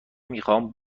میخوام